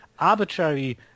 arbitrary